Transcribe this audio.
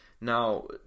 now